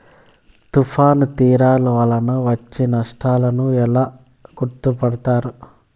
తుఫాను తీరాలు వలన వచ్చే నష్టాలను ఎలా గుర్తుపడతారు?